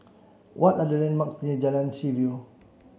what are the landmarks near Jalan Seaview